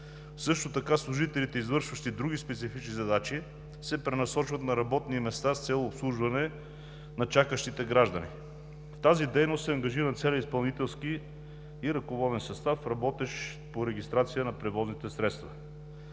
също така служителите, извършващи други специфични задачи, се пренасочват на работни места с цел обслужване на чакащите граждани. В тази дейност е ангажиран целият изпълнителски и ръководен състав, работещ по регистрация на превозните средства.